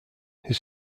his